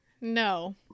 No